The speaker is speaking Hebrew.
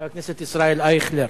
חבר הכנסת ישראל אייכלר,